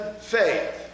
faith